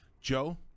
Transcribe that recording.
Joe